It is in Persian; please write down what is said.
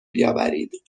بیاورید